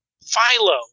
Philo